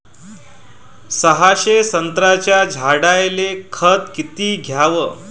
सहाशे संत्र्याच्या झाडायले खत किती घ्याव?